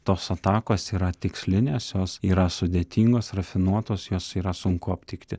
tos atakos yra tikslinės jos yra sudėtingos rafinuotos jos yra sunku aptikti